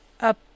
up